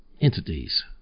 entities